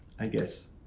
i guess.